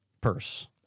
purse